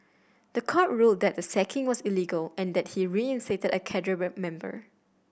the court ruled that the sacking was illegal and that he was reinstated as a cadre member